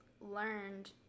learned